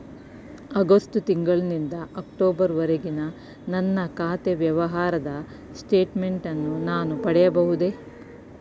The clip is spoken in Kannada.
ಆಗಸ್ಟ್ ತಿಂಗಳು ನಿಂದ ಅಕ್ಟೋಬರ್ ವರೆಗಿನ ನನ್ನ ಖಾತೆ ವ್ಯವಹಾರದ ಸ್ಟೇಟ್ಮೆಂಟನ್ನು ನಾನು ಪಡೆಯಬಹುದೇ?